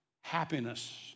happiness